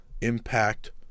Impact